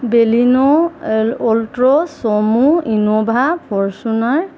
Baleno Altroz sumo Innova Fortuner